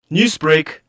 Newsbreak